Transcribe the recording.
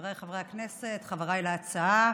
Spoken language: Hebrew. חבריי חברי הכנסת, חבריי להצעה,